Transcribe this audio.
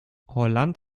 holland